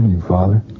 Father